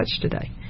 today